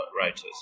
writers